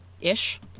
ish